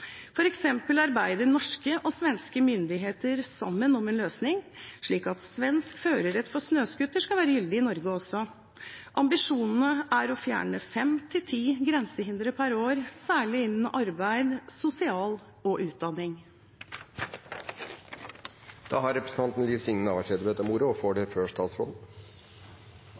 Norske og svenske myndigheter arbeider f.eks. sammen om en løsning, slik at svensk førerrett for snøscooter skal være gyldig i Norge også. Ambisjonene er å fjerne fra fem til ti grensehindre per år, særlig innen arbeids-, sosial- og utdanningsområdet. Nordisk samarbeid har